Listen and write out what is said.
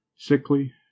Sickly